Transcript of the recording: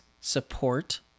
support